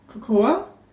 cocoa